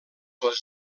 les